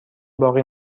باقی